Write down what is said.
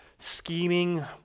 scheming